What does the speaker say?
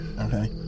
Okay